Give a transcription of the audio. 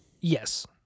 Yes